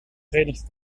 verenigd